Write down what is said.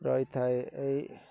ରହିଥାଏ ଏଇ